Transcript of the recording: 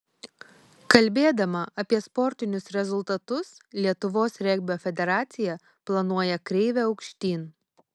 kalbėdama apie sportinius rezultatus lietuvos regbio federacija planuoja kreivę aukštyn